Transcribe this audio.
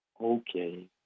Okay